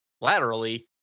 laterally